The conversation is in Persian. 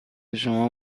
شما